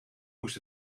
moest